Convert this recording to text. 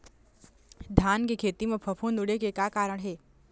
धान के खेती म फफूंद उड़े के का कारण हे?